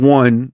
one